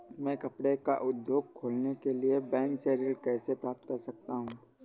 मैं कपड़े का उद्योग खोलने के लिए बैंक से ऋण कैसे प्राप्त कर सकता हूँ?